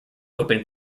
open